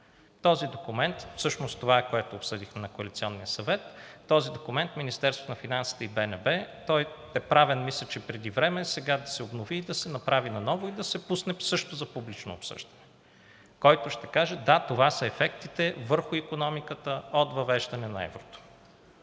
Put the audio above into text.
Този документ, всъщност това е, което обсъдихме на коалиционния съвет за този документ в Министерството на финансите и БНБ. Мисля, че той е правен преди време, а сега може да се обнови, да се направи наново и да се пусне също за публично обсъждане, а някой ще каже: „Да, това са ефектите върху икономиката от въвеждане на еврото.“